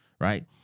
right